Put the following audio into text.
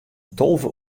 tolve